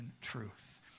truth